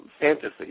fantasy